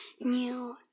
new